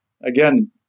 again